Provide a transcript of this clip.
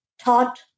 taught